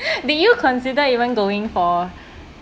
did you consider even going for